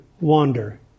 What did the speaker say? wander